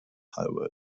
highway